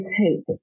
take